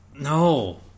no